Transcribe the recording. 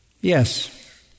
Yes